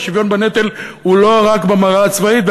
והשוויון בנטל הוא לא רק במראה הצבאית.